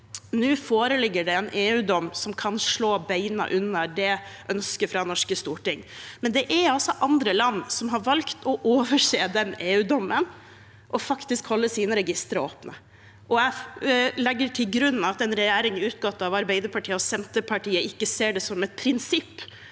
Nå foreligger det en EUdom som kan slå beina under det ønsket fra det norske storting, men det er andre land som har valgt å overse den EU-dommen og faktisk holde sine registre åpne. Jeg legger til grunn at en regjering utgått av Arbeiderpartiet og Senterpartiet ikke ser det som et prinsipp